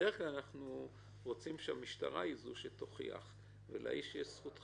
בדרך כלל אנחנו רוצים שהמשטרה היא זו שתוכיח ולאיש יש זכות חפות.